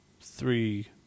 three